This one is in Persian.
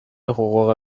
حقوق